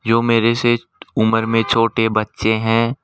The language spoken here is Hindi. जो मेरे से उम्र में छोटे बच्चे हैं